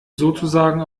sozusagen